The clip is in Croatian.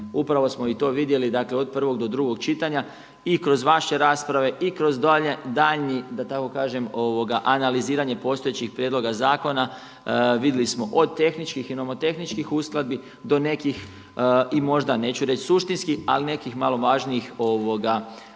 Upravo smo i to vidjeli, dakle, od prvog do drugog čitanja i kroz vaše rasprave i kroz daljnji da tako kažem analiziranje postojećih prijedloga zakona, vidjeli smo od tehničkih, imamo tehničkih uskladbi do nekih i možda neću reći suštinskih, ali nekih malo važnijih komentara